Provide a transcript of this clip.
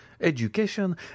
education